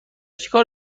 چیکار